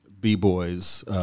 B-Boys